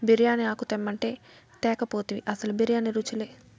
బిర్యానీ ఆకు తెమ్మంటే తేక పోతివి అసలు బిర్యానీ రుచిలే